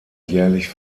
jährlich